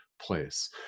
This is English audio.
place